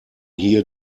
hier